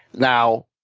now